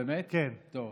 תוספת